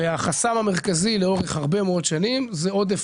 החסם המרכזי לאורך הרבה מאוד שנים זה עודף